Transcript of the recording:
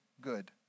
good